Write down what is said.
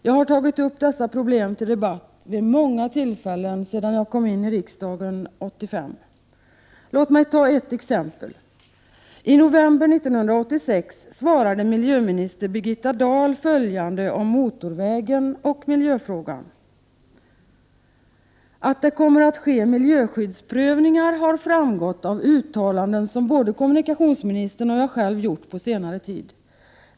Jag har vid många tillfällen sedan jag kom in i riksdagen 1985 tagit upp dessa problem till debatt. Låt mig ta ett exempel. I november 1986 svarade miljöminister Birgitta Dahl följande om motorvägen och miljöfrågan: ”-—-—- att det kommer att ske miljöskyddsprövningar har framgått av uttalanden som både kommunikationsministern och jag själv gjort på senare tid.